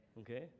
okay